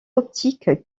optique